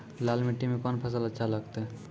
लाल मिट्टी मे कोंन फसल अच्छा लगते?